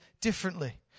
differently